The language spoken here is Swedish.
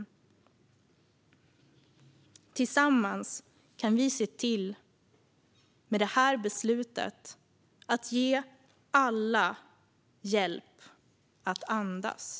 Tillsammans kan vi se till, med det här beslutet, att ge alla hjälp att andas.